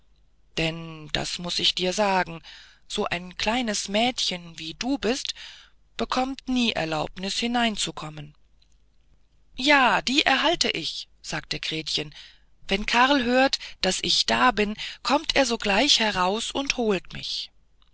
denn das muß ich dir sagen so ein kleines mädchen wie du bist bekommt nie erlaubnis hineinzukommen ja die erhalte ich sagte gretchen wenn karl hört daß ich da bin kommt er sogleich heraus und holt mich